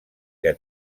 que